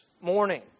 morning